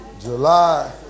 july